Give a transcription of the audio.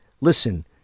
listen